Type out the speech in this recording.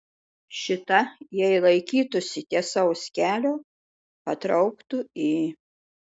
šita jei laikytųsi tiesaus kelio patrauktų į